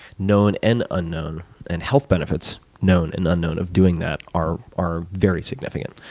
known and unknown, and health benefits, known and unknown, of doing that are are very significant.